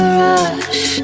rush